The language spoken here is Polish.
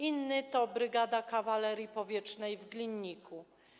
Inny to brygada kawalerii powietrznej w Glinniku.